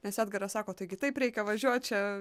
nes edgaras sako taigi taip reikia važiuot čia